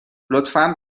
لطفا